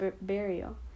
burial